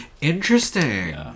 Interesting